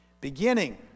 beginning